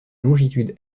longitude